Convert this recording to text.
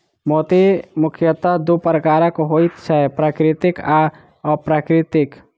मोती मुखयतः दू प्रकारक होइत छै, प्राकृतिक आ अप्राकृतिक